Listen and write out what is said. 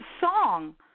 song